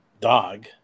dog